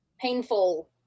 painful